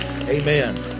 Amen